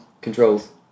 controls